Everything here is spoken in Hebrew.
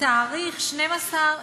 אני חושבת שהנושא הזה מוכר.